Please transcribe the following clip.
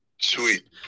Sweet